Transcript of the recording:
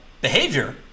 behavior